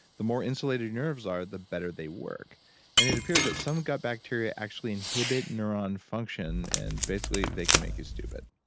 the more insulated the nerves are the better they work, and it appears that some gut bacteria actually inhibit neuron function and basically, they can make you stupid